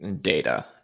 Data